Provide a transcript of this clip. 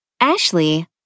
Ashley